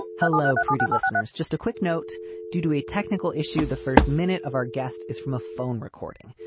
um hello, preety listeners. just a quick note due to a technical issue, the first minute of our guest is from a phone recording.